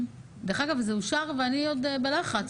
זה אושר ואני עוד בלחץ,